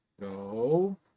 go